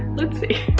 let's see.